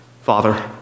Father